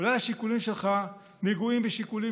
אולי השיקולים שלך נגועים בשיקולים